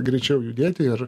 greičiau judėti ir